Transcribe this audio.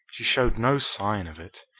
she showed no sign of it.